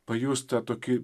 pajust tą tokį